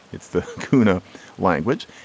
it's the cuna language.